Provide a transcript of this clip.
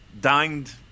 dined